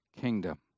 kingdom